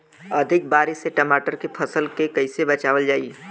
अधिक बारिश से टमाटर के फसल के कइसे बचावल जाई?